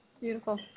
Beautiful